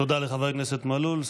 תודה לחבר הכנסת מלול.